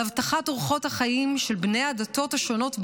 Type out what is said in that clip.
על הבטחת אורחות החיים של בני הדתות השונות בעיר,